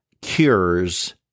cures